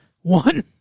One